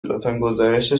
است